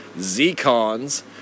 Z-Cons